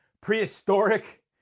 prehistoric